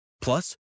Plus